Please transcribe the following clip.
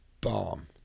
Bomb